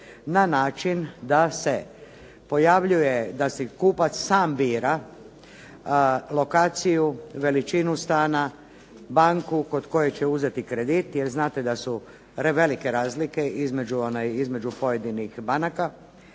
na način da se pojavljuje, da si kupac sam bira lokaciju, veličinu stana, banku kod koje će uzeti kredit jer znate da su velike razlike između pojedinih banaka